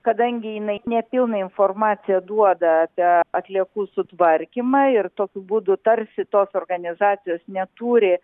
kadangi jinai nepilną informaciją duoda apie atliekų sutvarkymą ir tokiu būdu tarsi tos organizacijos neturi